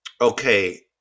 Okay